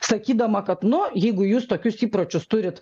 sakydama kad nu jeigu jūs tokius įpročius turit